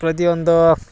ಪ್ರತಿಯೊಂದು